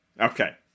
Okay